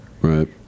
Right